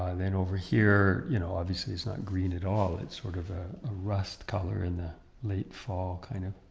ah then over here you know obviously it's not green at all. it's sort of a rust color in the late fall, kind of